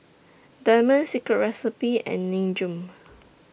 Diamond Secret Recipe and Nin Jiom